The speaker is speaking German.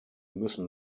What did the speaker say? müssen